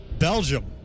Belgium